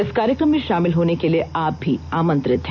इस कार्यक्रम में शामिल होने के लिए आप भी आमंत्रित हैं